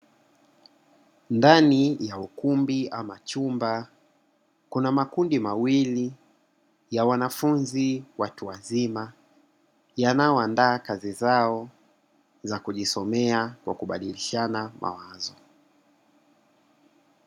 Ndani ya ukumbi ama chumba kuna makundi mawili ya wanafunzi watu wazima, yanayoandaa kazi zao za kujisomea kwa kubadilishana mawazo.